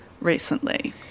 recently